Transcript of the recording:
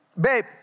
babe